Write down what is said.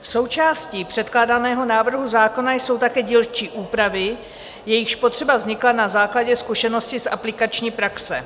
Součástí předkládaného návrhu zákona jsou také dílčí úpravy, jejichž potřeba vznikla na základě zkušeností z aplikační praxe.